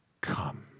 come